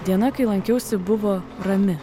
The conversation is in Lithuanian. diena kai lankiausi buvo rami